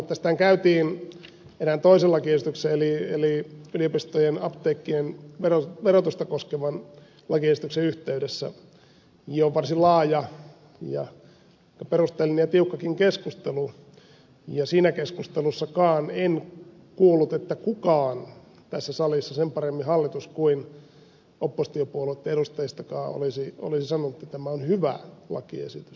tästähän käytiin erään toisen lakiesityksen eli yliopistojen apteekkien verotusta koskevan lakiesityksen yhteydessä jo varsin laaja ja perusteellinen ja tiukkakin keskustelu ja siinä keskustelussakaan en kuullut että kukaan tässä salissa sen paremmin hallitus kuin oppositiopuolueitten edustajistakaan olisi sanonut että tämä on hyvä lakiesitys